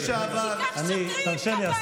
למה